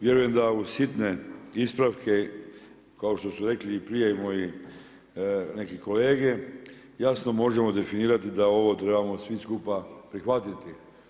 Vjerujem da u sitne ispravke kao što su rekli i prije moji neki kolege, jasno možemo definirati da ovo trebamo svi skupa prihvatiti.